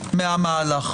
על ההסתייגויות המחודשות.